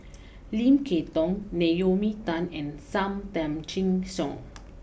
Lim Kay Tong Naomi Tan and Sam Tan Chin Siong